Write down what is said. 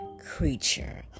creature